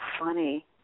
funny